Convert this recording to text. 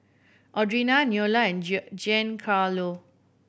Audrina Neola and Giancarlo